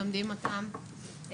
לומדים אותם,